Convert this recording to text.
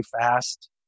fast